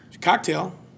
Cocktail